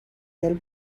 del